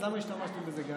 אז למה השתמשתם בזה גם?